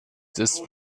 ist